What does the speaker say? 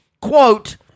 quote